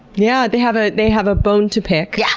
yeah, they have ah they have a bone to pick, yeah